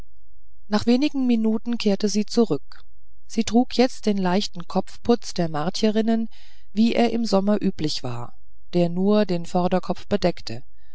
nach wenigen minuten kehrte sie zurück sie trug jetzt den leichten kopfputz der martierinnen wie er im sommer üblich war der nur den vorderkopf bedeckte